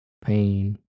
pain